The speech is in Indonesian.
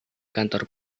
kantor